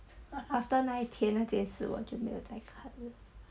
after 那一天那天那件事我就没要看了